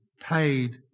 paid